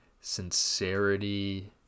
sincerity